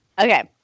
Okay